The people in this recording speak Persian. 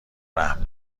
رحم